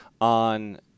on